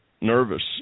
nervous